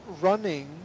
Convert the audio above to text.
running